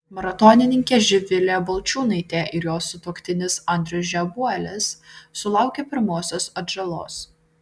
maratonininkė živilė balčiūnaitė ir jos sutuoktinis andrius žebuolis sulaukė pirmosios atžalos